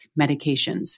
medications